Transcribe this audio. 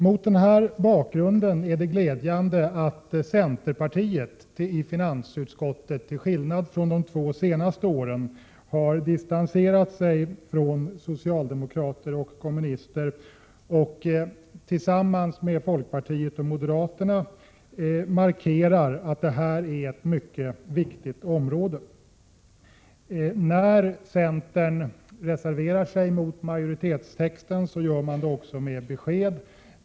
Mot den bakgrunden är det glädjande att centerpartiet i finansutskottet, till skillnad från de två senaste åren, har distanserat sig från socialdemokrater och kommunister och tillsammans med folkpartiet och moderaterna markerar att det här är ett mycket viktigt område. När centerpartister nu tar upp de här frågorna gör man det också med besked.